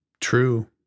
True